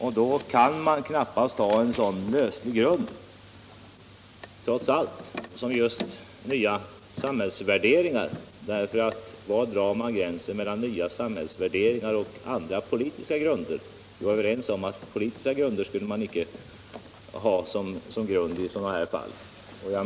Och då kan man knappast ha en så löslig grund som nya samhällsvärderingar. Var drar man gränsen mellan nya samhällsvärderingar och politiska orsaker? Vi var ju överens om att politiska orsaker inte skulle få åberopas i sådana här fall.